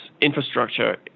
infrastructure